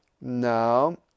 No